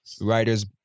writers